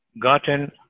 gotten